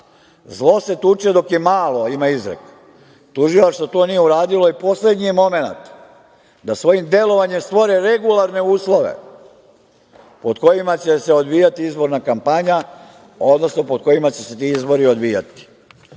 Zlo se tuče dok je malo, ima izreka. Tužilaštvo to nije uradilo i poslednji je momenat da svojim delovanjem stvore regularne uslove pod kojima će se odvijati izborna kampanja, odnosno pod kojima će se ti izbori odvijati. Sada,